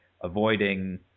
avoiding